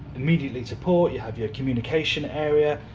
immediately to port you have your communication area,